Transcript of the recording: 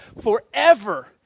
forever